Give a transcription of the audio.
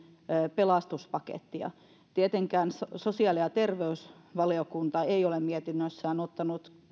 pelastuspakettia tietenkään sosiaali ja terveysvaliokunta ei ole mietinnössään ottanut